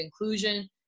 inclusion